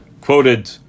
quoted